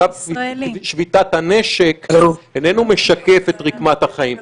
קו שביתת הנשק איננו משקף את רקמת החיים.